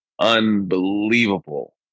unbelievable